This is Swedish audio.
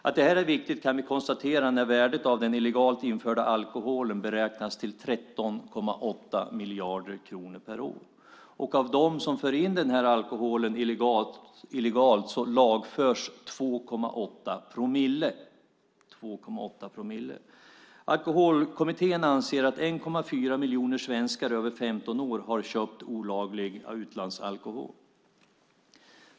Att det här är viktigt kan vi konstatera när värdet av den illegalt införda alkoholen beräknas till 13,8 miljarder kronor per år. Av dem som för in alkohol illegalt lagförs 2,8 promille. Enligt Alkoholkommittén har 1,4 miljoner svenskar över 15 år köpt olaglig utlandsalkohol.